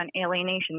alienation